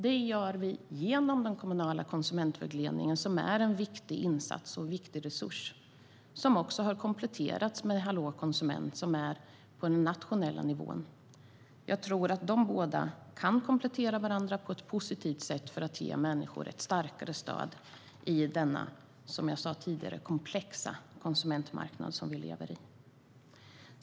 Det gör vi genom den kommunala konsumentvägledningen, som är en viktig insats och en viktig resurs och som även har kompletterats med Hallå konsument på den nationella nivån. Jag tror att de båda kan komplettera varandra på ett positivt sätt för att ge människor ett starkare stöd i den, som jag sa tidigare, komplexa konsumentmarknad vi lever med.